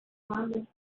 namen